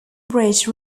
ridge